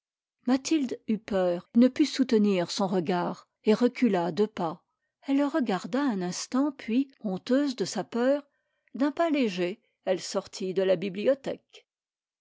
mathilde eut peur ne put soutenir son regard et recula deux pas elle le regarda un instant puis honteuse de sa peur d'un pas léger elle sortit de la bibliothèque